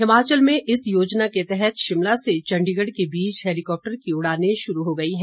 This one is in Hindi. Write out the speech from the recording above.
हिमाचल में इस योजना के तहत शिमला से चण्डीगढ़ के बीच हैलीकॉप्टर की उड़ाने शुरू की गई हैं